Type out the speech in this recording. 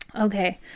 Okay